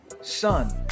son